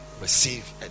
Receive